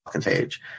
page